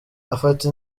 afata